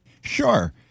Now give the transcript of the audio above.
Sure